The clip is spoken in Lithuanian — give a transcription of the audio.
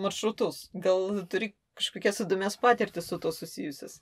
maršrutus gal turi kažkokias įdomias patirtis su tuo susijusias